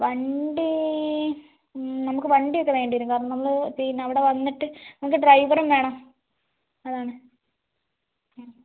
വണ്ടി നമുക്ക് വണ്ടിയൊക്കെ വേണ്ടി വരും കാരണം നമ്മൾ പിന്നെ അവടെ വന്നിട്ട് നമുക്ക് ഡ്രൈവറും വേണം അതാണ് ഉം